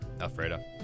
Alfredo